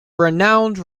renowned